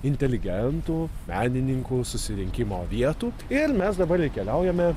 inteligentų menininkų susirinkimo vietų ir mes dabar ir keliaujame